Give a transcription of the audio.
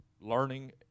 learning